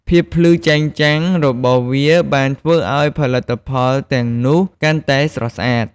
ភាពភ្លឺចែងចាំងរបស់វាបានធ្វើឱ្យផលិតផលទាំងនោះកាន់តែស្រស់ស្អាត។